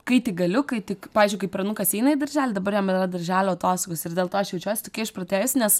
kai tik galiu kai tik pavyzdžiui kai pranukas eina į darželį dabar jam yra darželio atostogos ir dėl to aš jaučiuosi tokia išprotėjusi nes